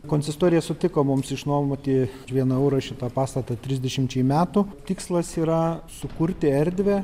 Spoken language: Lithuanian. konsistorija sutiko mums išnuomoti už vieną eurą šitą pastatą trisdešimčiai metų tikslas yra sukurti erdvę